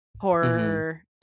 horror